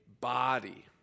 body